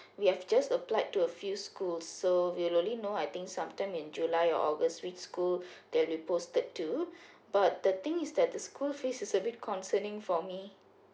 we have just applied to a few schools so we only know I think sometime in july or august which school they'll be posted to but the thing is that the school fees is a bit concerning for me